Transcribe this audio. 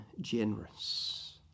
generous